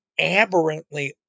aberrantly